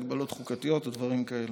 מגבלות חוקתיות או דברים כאלה?